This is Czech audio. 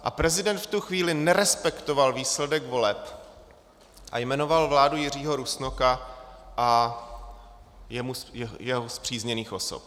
A prezident v tu chvíli nerespektoval výsledek voleb a jmenoval vládu Jiřího Rusnoka a jeho spřízněných osob.